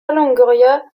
longoria